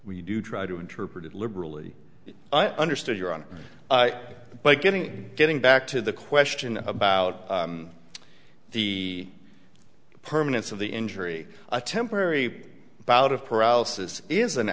we do try to interpret it liberally i understand you're on but getting getting back to the question about the permanence of the injury a temporary bout of paralysis is an